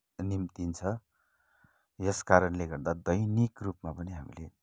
निम्तिन्छ यस कारणले गर्दा दैनिक रूपमा पनि हामीले